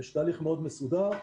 יש תהליך מאוד מסודר.